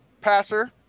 passer